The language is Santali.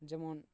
ᱡᱮᱢᱚᱱ